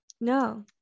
no